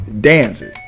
dancing